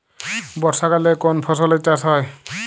বর্ষাকালে কোন ফসলের চাষ হয়?